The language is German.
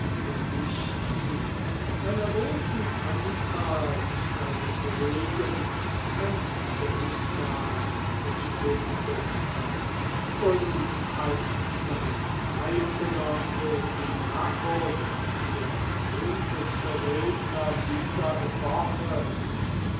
gedichten einer großen anzahl seiner kollegen ein denkmal gestiftet hat und als sein zeitgenosse symmachus der berühmteste redner dieser epoche